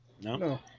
No